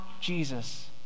jesus